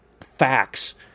facts